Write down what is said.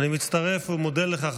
אני מצטרף ומודה לך,